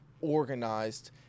organized